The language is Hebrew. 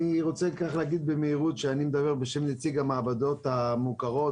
אני רוצה להגיד במהירות שאני מדבר בשם נציג המעבדות המוכרות,